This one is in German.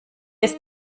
ist